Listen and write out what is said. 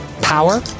power